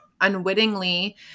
unwittingly